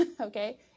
okay